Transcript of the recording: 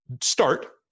start